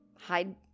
hide